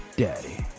daddy